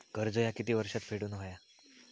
कर्ज ह्या किती वर्षात फेडून हव्या?